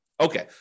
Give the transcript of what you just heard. Okay